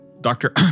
Doctor